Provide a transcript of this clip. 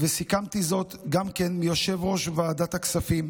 וסיכמתי זאת גם כן עם יושב-ראש ועדת הכספים,